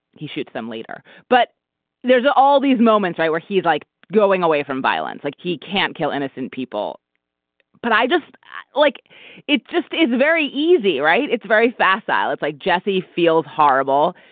he shoots them later but there's all these moments right where he's like going away from violence like he can't kill innocent people but i just like it just is very easy right. it's very facile. it's like jesse feels horrible.